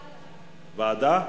ועדה?